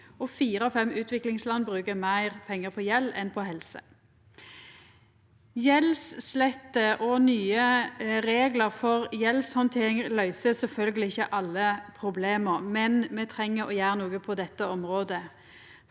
av fem utviklingsland brukar meir pengar på gjeld enn på helse. Gjeldsslette og nye reglar for gjeldshandtering løyser sjølvsagt ikkje alle problema, men me treng å gjera noko på dette området.